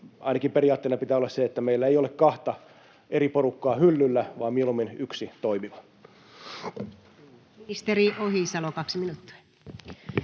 Ainakin periaatteena pitää olla se, että meillä ei ole kahta eri porukkaa hyllyllä vaan mieluummin yksi toimiva. Ministeri Ohisalo, 2 minuuttia.